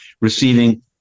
receiving